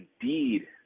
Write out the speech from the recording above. indeed